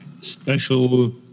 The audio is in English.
special